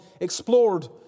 explored